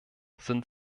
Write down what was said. sind